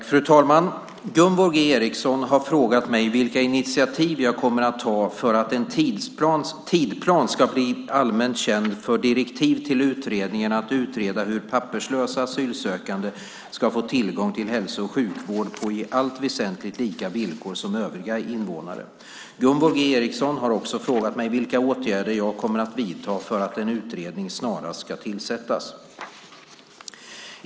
Fru talman! Gunvor G Ericson har frågat mig vilka initiativ jag kommer att ta för att en tidsplan ska bli allmänt känd för direktiv till utredningen om att utreda hur papperslösa och asylsökande ska få tillgång till hälso och sjukvård på i allt väsentligt lika villkor som övriga invånare. Gunvor G Ericson har också frågat mig vilka åtgärder jag kommer att vidta för att en utredning snarast ska tillsättas.